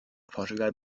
portugal